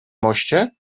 moście